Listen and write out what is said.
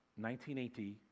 1980